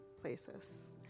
places